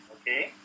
okay